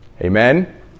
Amen